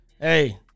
hey